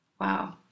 Wow